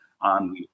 on